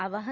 आवाहन